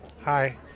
Hi